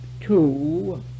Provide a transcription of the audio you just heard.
two